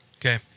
Okay